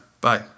Bye